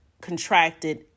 contracted